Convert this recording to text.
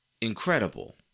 incredible